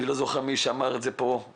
אני לא זוכר מי דיבר כאן על